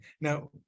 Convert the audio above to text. Now